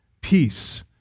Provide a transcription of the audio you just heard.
Peace